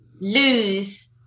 lose